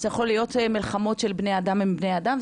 זה יכול להיות מלחמות של בני אדם עם בני אדם,